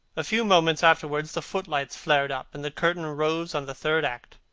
a few moments afterwards the footlights flared up and the curtain rose on the third act.